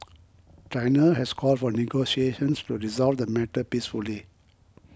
China has called for negotiations to resolve the matter peacefully